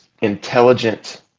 intelligent